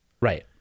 Right